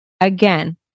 Again